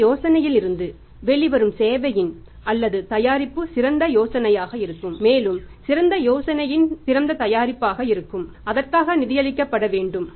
இந்த யோசனையிலிருந்து வெளிவரும் சேவையின் அல்லது தயாரிப்பு சிறந்த யோசனையாக இருக்கும் மேலும் சிறந்த யோசனையின் சிறந்த தயாரிப்பாக இருக்கும் நான் அதற்காக நிதியளிக்கப்பட வேண்டும்